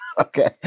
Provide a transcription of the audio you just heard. Okay